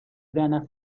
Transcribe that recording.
werner